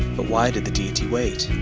but why did the deity wait?